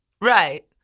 Right